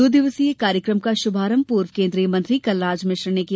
दो दिवसीय कार्यकम का शुभारंभ पूर्व केंद्रीय मंत्री कलराज मिश्र ने किया